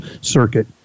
circuit